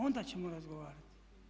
Onda ćemo razgovarati.